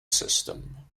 system